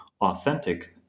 authentic